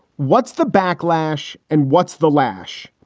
what's the backlash and what's the lash?